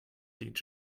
each